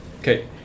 Okay